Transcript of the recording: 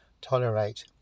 tolerate